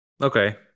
Okay